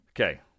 Okay